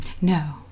no